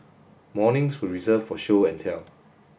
mornings were reserved for show and tell